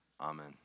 amen